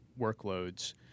workloads